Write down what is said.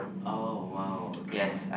oh !wow! okay